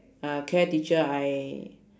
uh care teacher I